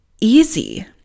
easy